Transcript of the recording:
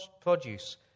produce